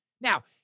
Now